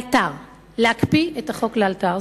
להקפיא את החוק לאלתר.